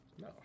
No